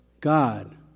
God